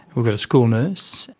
we've got a school nurse.